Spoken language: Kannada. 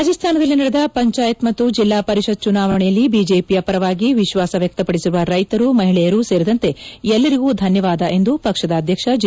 ರಾಜಸ್ಥಾನದಲ್ಲಿ ನಡೆದ ಪಂಚಾಯತ್ ಮತ್ತು ಜಿಲ್ಲಾ ಪರಿಷತ್ ಚುನಾವಣೆಯಲ್ಲಿ ಬಿಜೆಪಿಯ ಪರವಾಗಿ ವಿಶ್ಲಾಸ ವ್ಯಕ್ತಪಡಿಸಿರುವ ರೈತರು ಮಹಿಳೆಯರು ಸೇರಿದಂತೆ ಎಲ್ಲರಿಗೂ ಧನ್ಯವಾದ ಎಂದು ಪಕ್ವದ ಅಧ್ಯಕ್ಷ ಜೆ